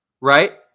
right